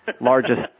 Largest